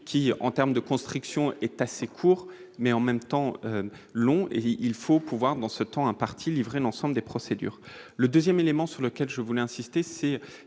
qui en termes de construction est assez court, mais en même temps long et il faut pouvoir dans ce temps imparti livrer l'ensemble des procédures, le 2ème élément sur lequel je voulais insister,